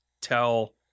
tell